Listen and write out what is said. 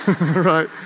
right